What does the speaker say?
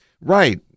Right